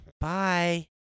Bye